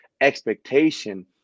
expectation